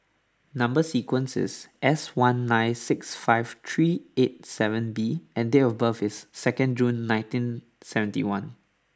Number sequence is S one nine six five three eight seven B and date of birth is second June nineteen seventy one